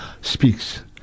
speaks